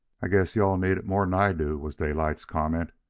i guess you-all need it more'n i do, was daylight's comment.